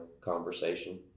conversation